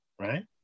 right